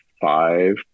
five